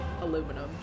aluminum